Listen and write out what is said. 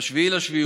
ב-7 ביולי,